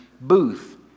booth